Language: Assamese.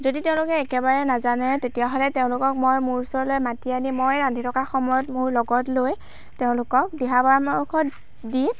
যদি তেওঁলোকে একেবাৰে নাজানে তেতিয়াহ'লে তেওঁলোকক মই মোৰ ওচৰলৈ মাতি আনি মই ৰান্ধি থকাৰ সময়ত মোৰ লগত লৈ তেওঁলোকক দিহা পৰামৰ্শ দি